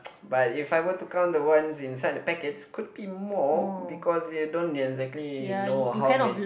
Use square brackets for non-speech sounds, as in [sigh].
[noise] but if I were to count the ones inside the packets could be more because you don't exactly know how many